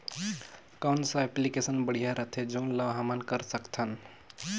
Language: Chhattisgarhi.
कौन सा एप्लिकेशन बढ़िया रथे जोन ल हमन कर सकथन?